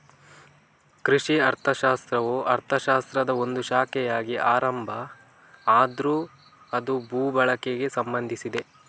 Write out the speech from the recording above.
ಕೃಷಿ ಅರ್ಥಶಾಸ್ತ್ರವು ಅರ್ಥಶಾಸ್ತ್ರದ ಒಂದು ಶಾಖೆಯಾಗಿ ಆರಂಭ ಆದ್ರೂ ಅದು ಭೂ ಬಳಕೆಗೆ ಸಂಬಂಧಿಸಿದೆ